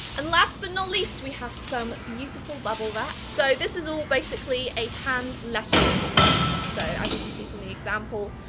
and last but not least, we have some beautiful bubble wrap. so this is all basically a hand lettering box. so as you can see from the example,